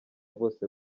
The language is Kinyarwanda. bose